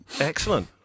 Excellent